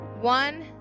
One